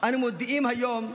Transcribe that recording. אנו מודיעים היום: